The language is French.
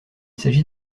s’agit